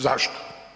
Zašto?